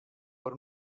per